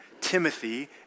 Timothy